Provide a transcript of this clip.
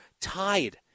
tied